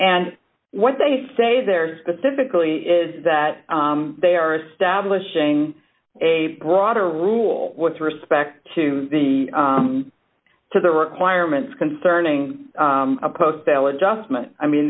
and what they say they're specifically is that they are establishing a broader rule with respect to the to the requirements concerning a post al adjustment i mean